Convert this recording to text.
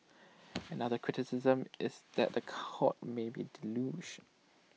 another criticism is that the courts might be deluged